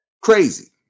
Crazy